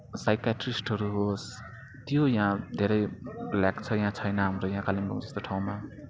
साइकाट्रिस्टहरू होस् त्यो यहाँ धेरै ल्याक छ यहाँ छैन हाम्रो यहाँ कालिम्पोङ जस्तो ठाउँमा